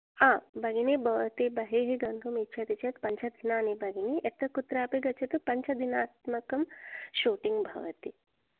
हा भगिनी भवती बहिः गन्तुमिच्छति चेत् पञ्चदिनानि भगिनी यत्र कुत्रापि गच्छतु पञ्चदिनात्मकं शूटिङ्ग् भवति